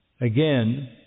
again